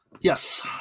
yes